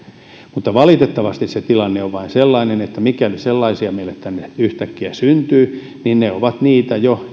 mutta valitettavasti se tilanne vain on sellainen että mikäli sellaisia meille tänne yhtäkkiä syntyy niin ne ovat niitä jo